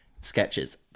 sketches